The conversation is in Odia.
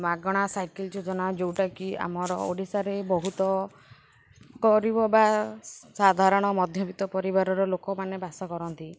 ମାଗଣା ସାଇକେଲ୍ ଯୋଜନା ଯେଉଁଟା କି ଆମର ଓଡ଼ିଶାରେ ବହୁତ ଗରିବ ବା ସାଧାରଣ ମଧ୍ୟବିତ୍ତ ପରିବାରର ଲୋକମାନେ ବାସ କରନ୍ତି